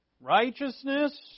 righteousness